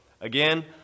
Again